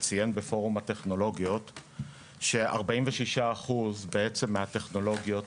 שציין שבפורום הטכנולוגיות 46% מהטכנולוגיות